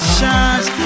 Shines